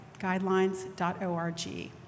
guidelines.org